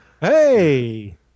hey